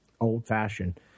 old-fashioned